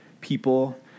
people